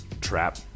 trap